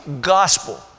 Gospel